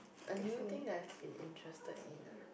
a new thing that I've been interested in ah